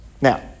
Now